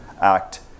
Act